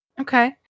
Okay